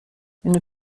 une